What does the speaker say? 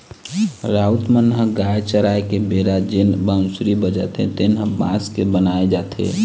राउत मन गाय चराय के बेरा जेन बांसुरी बजाथे तेन ह बांस के बनाए जाथे